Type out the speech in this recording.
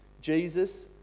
Jesus